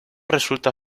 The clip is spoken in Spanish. resulta